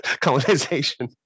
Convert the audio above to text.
colonization